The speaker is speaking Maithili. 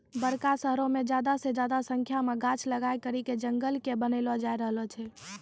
बड़का शहरो मे ज्यादा से ज्यादा संख्या मे गाछ लगाय करि के जंगलो के बनैलो जाय रहलो छै